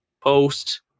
post